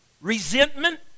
resentment